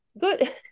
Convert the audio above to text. good